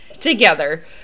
together